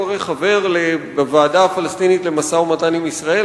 הוא הרי חבר בוועדה הפלסטינית למשא-ומתן עם ישראל.